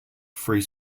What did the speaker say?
three